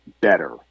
better